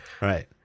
right